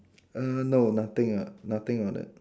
err no nothing uh nothing on it